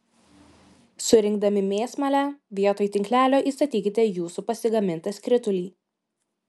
surinkdami mėsmalę vietoj tinklelio įstatykite jūsų pasigamintą skritulį